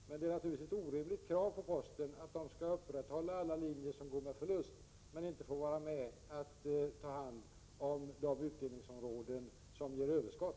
Men det är naturligtvis ett orimligt krav att posten skall upprätthålla alla linjer som går med förlust utan att få ta hand om de utdelningsområden som ger överskott.